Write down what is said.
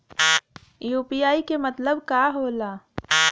UPI के मतलब का होला?